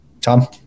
Tom